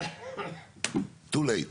טו לייט